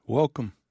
Welcome